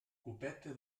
copeta